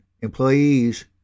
Employees